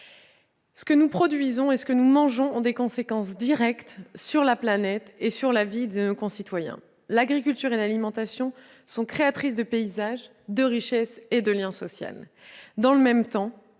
Ce que nous produisons et mangeons a des conséquences directes sur la planète et sur la vie de nos concitoyens. L'agriculture et l'alimentation sont créatrices de paysages, de richesses et de lien social. Dans le même temps,